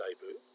debut